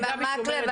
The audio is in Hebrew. מקלב,